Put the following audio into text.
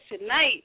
tonight